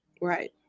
Right